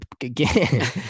again